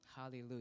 hallelujah